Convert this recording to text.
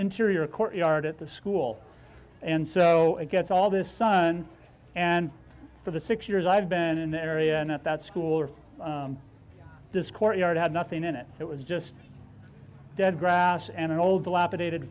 interior courtyard at the school and so it gets all this sun and for the six years i've been in the area and at that school this courtyard had nothing in it it was just dead grass and an old elaborated